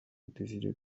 désiré